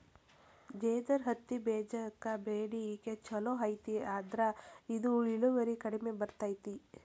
ಜೇದರ್ ಹತ್ತಿಬೇಜಕ್ಕ ಬೇಡಿಕೆ ಚುಲೋ ಐತಿ ಆದ್ರ ಇದು ಇಳುವರಿ ಕಡಿಮೆ ಬರ್ತೈತಿ